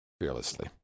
fearlessly